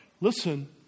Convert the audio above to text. listen